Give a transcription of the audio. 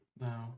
No